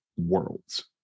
Worlds